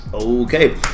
Okay